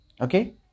okay